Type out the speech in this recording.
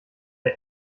der